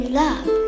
love